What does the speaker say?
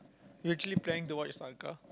you're actually planning to watch soccer